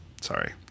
Sorry